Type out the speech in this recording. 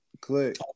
click